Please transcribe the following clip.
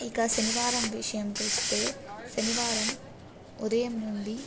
ఇక శనివారం విషయంకి వస్తే శనివారం ఉదయం నుండి